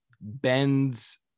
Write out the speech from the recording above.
bends